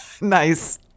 Nice